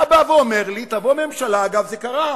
אתה בא ואומר לי, תבוא ממשלה, אגב, זה קרה,